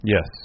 Yes